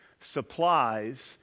supplies